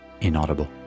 Inaudible